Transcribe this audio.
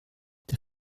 der